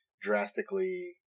drastically